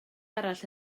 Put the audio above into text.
arall